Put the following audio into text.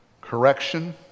correction